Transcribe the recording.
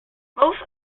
both